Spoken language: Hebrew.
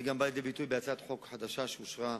זה גם בא לידי ביטוי בהצעת חוק חדשה, שאושרה,